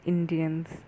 Indians